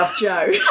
Joe